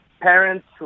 parents